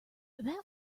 that